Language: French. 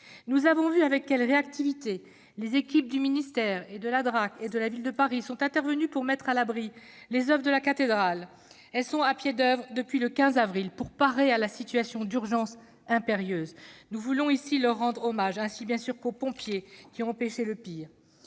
Nous avons vu avec quelle réactivité les équipes du ministère, de la DRAC et de la Ville de Paris sont intervenues pour mettre à l'abri les oeuvres de la cathédrale. Elles sont à pied d'oeuvre depuis le 15 avril pour parer à la situation d'urgence impérieuse. Nous voulons ici leur rendre hommage, ainsi bien sûr qu'aux pompiers, qui ont empêché le pire.